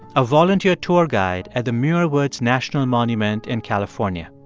a volunteer tour guide at the muir woods national monument in california.